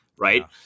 Right